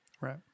right